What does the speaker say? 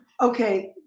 okay